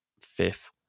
fifth